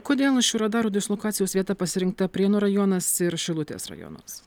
kodėl šių radarų dislokacijos vieta pasirinkta prienų rajonas ir šilutės rajonas